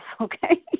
okay